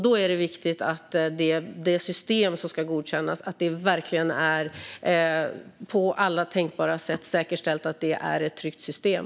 Då är det viktigt att det på alla tänkbara sätt är säkerställt att det system som ska godkännas är ett tryggt system.